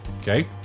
Okay